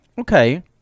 Okay